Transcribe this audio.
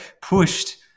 pushed